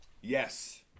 Yes